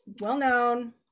Well-known